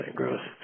growth